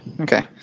Okay